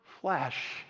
flesh